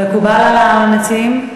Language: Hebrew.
מקובל על המציעים?